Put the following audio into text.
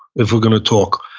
if we're going to talk.